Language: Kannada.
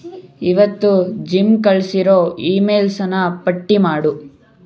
ಇವತ್ತು ಜಿಮ್ ಕಳಿಸಿರೋ ಈಮೇಲ್ಸನ್ನ ಪಟ್ಟಿ ಮಾಡು